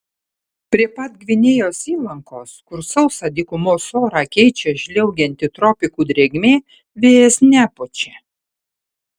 prie pat gvinėjos įlankos kur sausą dykumos orą keičia žliaugianti tropikų drėgmė vėjas nepučia